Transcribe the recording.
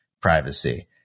privacy